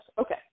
Okay